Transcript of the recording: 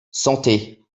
santé